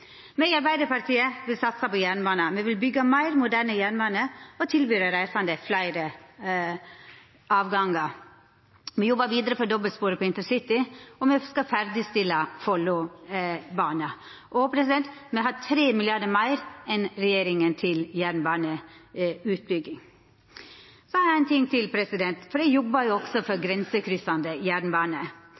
Me i Arbeidarpartiet vil satsa på jernbanen. Me vil byggja meir moderne jernbane og tilby dei reisande fleire avgangar. Me jobbar vidare for dobbeltspor på intercity, og me skal ferdigstilla Follobanen. Og me har 3 mrd. kr meir enn regjeringa til jernbaneutbygging. Det er éin ting til – me jobbar også for grensekryssande jernbane.